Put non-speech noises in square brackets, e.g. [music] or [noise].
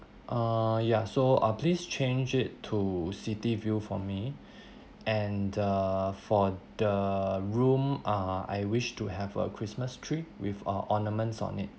uh ya so uh please change it to city view for me [breath] and uh for the room uh I wish to have a christmas tree with uh ornaments on it